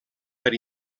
per